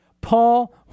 Paul